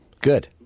Good